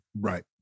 Right